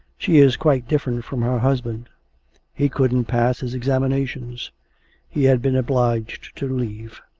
she is quite different from her husband he couldn't pass his examinations he had been obliged to leave.